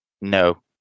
No